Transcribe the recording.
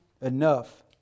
enough